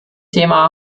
thema